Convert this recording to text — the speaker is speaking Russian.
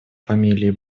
фамилии